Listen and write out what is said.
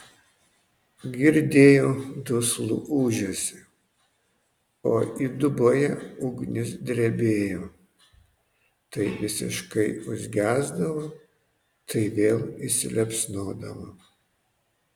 girdėjo duslų ūžesį o įduboje ugnys drebėjo tai visiškai užgesdavo tai vėl įsiliepsnodavo